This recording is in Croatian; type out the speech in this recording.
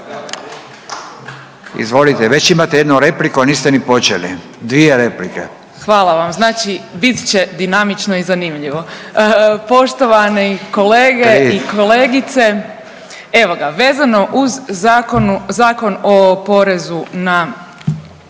Izvolite. Već imate jednu repliku, a niste ni počeli. Dvije replike. **Burić, Majda (HDZ)** Hvala vam. Znači bit će dinamično i zanimljivo. Poštovani kolege i kolegice, evo ga vezano uz Zakon o doprinosima